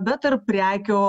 bet ir prekių